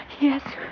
Yes